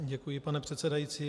Děkuji, pane předsedající.